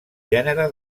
gènere